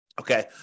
Okay